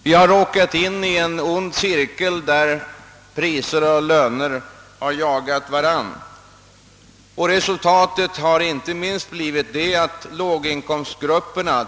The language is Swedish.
Vi har råkat in i en ond cirkel, där priser och löner jagar varandra. Detta har fått konsekvenser inte minst för låginkomstgrupperna.